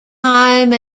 time